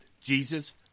Jesus